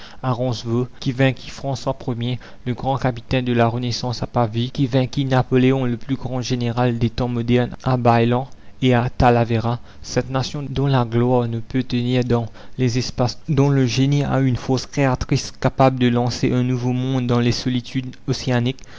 ronceveaux qui vainquit françois ier le grand capitaine de la renaissance à pavie qui vainquit napoléon le plus grand général des temps modernes à bailen et à talavera cette nation dont la gloire ne peut tenir dans la commune les espaces dont le génie a une force créatrice capable de lancer un nouveau monde dans les solitudes océaniques